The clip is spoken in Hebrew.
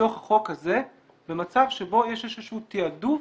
מתוך החוק הזה במצב שבו יש איזה שהוא תעדוף